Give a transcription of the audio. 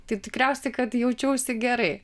tai tikriausiai kad jaučiausi gerai